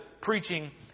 preaching